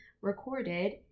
recorded